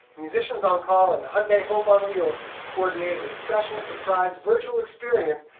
musicians on call and hyundai hope on wheels coordinated a special surprise virtual experience,